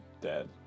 dead